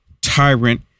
tyrant